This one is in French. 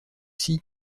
sea